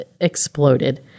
exploded